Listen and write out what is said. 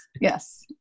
Yes